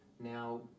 Now